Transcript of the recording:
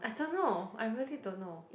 I don't know I really don't know